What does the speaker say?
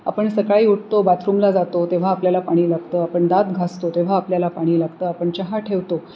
आपण सकाळी उठतो बाथरूमला जातो तेव्हा आपल्याला पाणी लागतं आपण दात घासतो तेव्हा आपल्याला पाणी लागतं आपण चहा ठेवतो